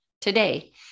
Today